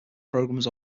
programs